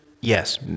Yes